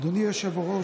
אדוני היושב-ראש,